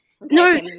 No